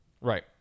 Right